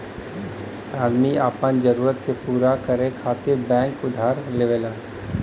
आदमी आपन जरूरत के पूरा करे खातिर बैंक उधार लेवला